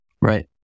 Right